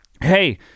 Hey